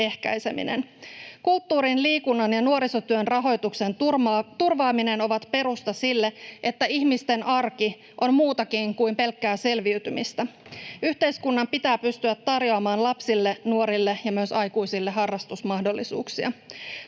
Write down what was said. ehkäiseminen. Kulttuurin, liikunnan ja nuorisotyön rahoituksen turvaaminen ovat perusta sille, että ihmisten arki on muutakin kuin pelkkää selviytymistä. Yhteiskunnan pitää pystyä tarjoamaan lapsille, nuorille ja myös aikuisille harrastusmahdollisuuksia.